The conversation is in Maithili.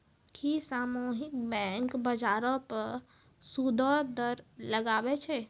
कि सामुहिक बैंक, बजारो पे सूदो दर लगाबै छै?